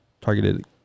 targeted